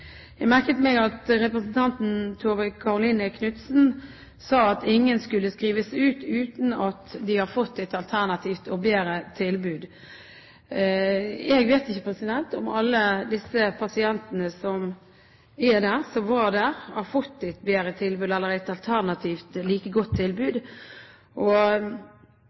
Jeg merket meg at representanten Tove Karoline Knutsen sa at ingen skulle skrives ut uten at de hadde fått et alternativt og bedre tilbud. Jeg vet ikke om alle de pasientene som var der, har fått et bedre tilbud eller et alternativt like godt tilbud.